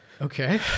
Okay